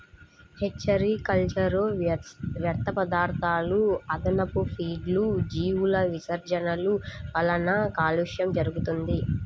hatchery కల్చర్లో వ్యర్థపదార్థాలు, అదనపు ఫీడ్లు, జీవుల విసర్జనల వలన కాలుష్యం జరుగుతుంది